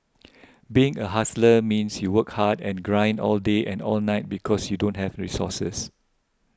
being a hustler means you work hard and grind all day and all night because you don't have resources